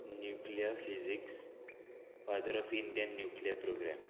nuclear physics father of Indian nuclear program